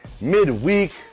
midweek